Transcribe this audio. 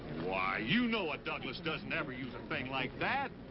why, you know a douglas doesn't ever use a thing like that.